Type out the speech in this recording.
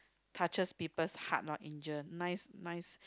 touches people heart loh angel nice nice